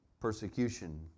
persecution